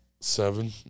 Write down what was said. seven